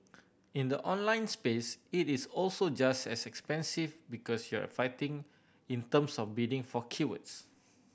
in the online space it is also just as expensive because you're fighting in terms of bidding for keywords